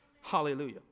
Hallelujah